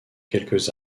quelques